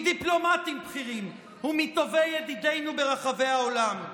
מדיפלומטים בכירים ומטובי ידידינו ברחבי העולם.